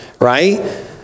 right